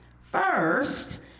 First